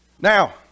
Now